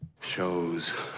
shows